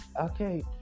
Okay